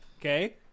okay